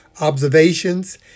observations